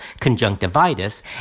conjunctivitis